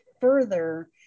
further